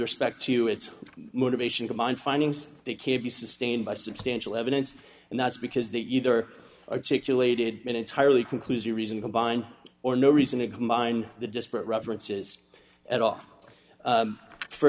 respect to its motivation to find findings that can't be sustained by substantial evidence and that's because they either articulated an entirely conclusory reason combined or no reason to combine the disparate references at all